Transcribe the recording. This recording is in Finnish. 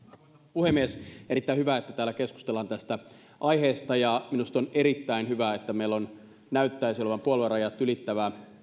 puhemies erittäin hyvä että täällä keskustellaan tästä aiheesta ja minusta on erittäin hyvä että meillä näyttäisi olevan puoluerajat ylittävä